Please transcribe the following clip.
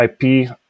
IP